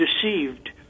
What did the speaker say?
deceived